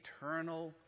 eternal